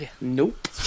Nope